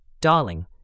Darling